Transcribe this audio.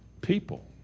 people